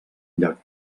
llarg